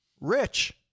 Rich